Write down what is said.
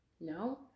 No